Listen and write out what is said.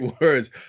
words